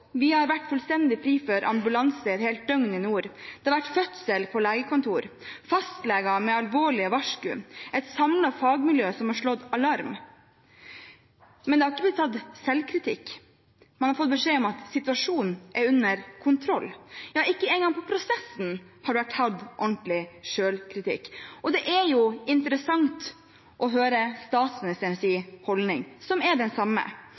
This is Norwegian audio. Vi har vært fullstendig fri for ambulanser et helt døgn i nord. Det har vært fødsel på legekontor, fastleger med alvorlige varsku og et samlet fagmiljø som har slått alarm. Men det har ikke blitt tatt selvkritikk, man har fått beskjed om at situasjonen er under kontroll. Ja, ikke engang på prosessen har det vært tatt ordentlig selvkritikk. Det er jo interessant å høre statsministerens holdning, som er den samme.